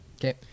Okay